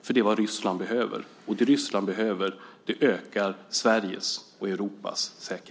Det är vad Ryssland behöver, och det som Ryssland behöver ökar Sveriges och Europas säkerhet.